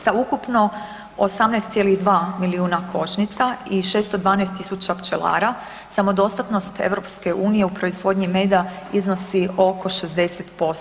Sa ukupno 18,2 milijuna košnica i 612.000 pčelara samodostatnost EU u proizvodnji meda iznosi oko 60%